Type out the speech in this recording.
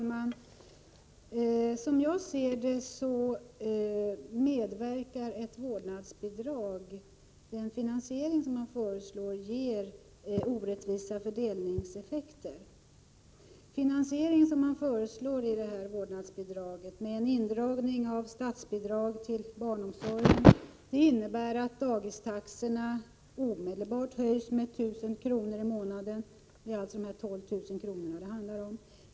Herr talman! Ett vårdnadsbidrag medverkar till att den finansiering som man föreslår ger orättvisa fördelningseffekter. Finansieringen som man föreslår av detta vårdnadsbidrag med indragning av statsbidrag till barnomsorgen innebär att dagistaxorna omedelbart höjs med 1 000 kr. i månaden. Det handlar alltså om 12 000 kr. om året.